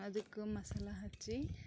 ಅದಕ್ಕೆ ಮಸಾಲ ಹಚ್ಚಿ